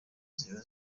ziba